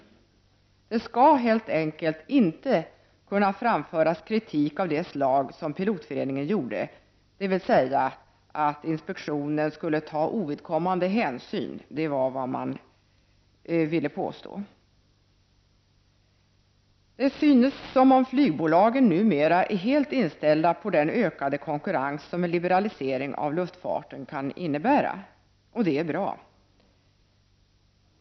Kritik av det slag som den Pilotföreningen framförde skall helt enkelt inte kunna framföras, dvs. att inspektionen skulle ta ovidkommande hänsyn. Det var vad Pilotföreningen ville påstå. Det synes som om flygbolagen numera är helt inställda på den ökade konkurrens som en liberalisering av luftfarten kan innebära. Det är bra.